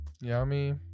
yummy